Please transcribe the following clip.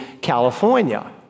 California